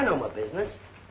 i know my business